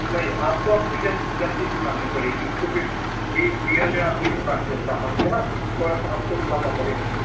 नहीं आपको अपनी गन गलती भी माननी पड़ेगी क्योंकि ली लिया गया है आपकी दुकान से समान हैना थोड़ा सा आप को भी मानना पड़ेगा